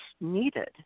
needed